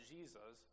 Jesus